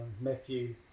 Matthew